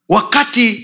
Wakati